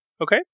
Okay